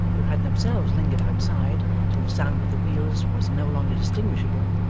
who had themselves lingered outside till the sound of the wheels was no longer distinguishable,